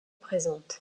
présente